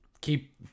keep